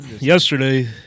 yesterday